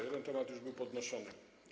Jeden temat już był podnoszony.